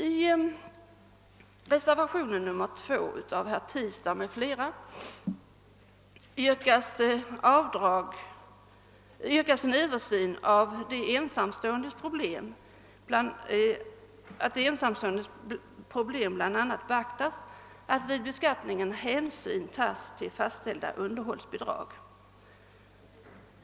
I reservationen 2 av herr Tistad m.fl. yrkas på en översyn av de ensamståendes problem, varvid bl.a. skall beaktas att vid beskattningen skälig hänsyn tages till fastställda underhållsbidrag.